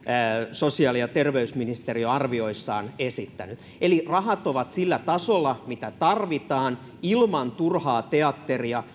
sosiaali ja terveysministeriö arvioissaan esittänyt eli rahat ovat sillä tasolla mitä tarvitaan ilman turhaa teatteria